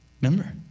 Remember